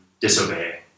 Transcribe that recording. disobey